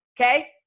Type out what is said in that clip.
Okay